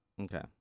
Okay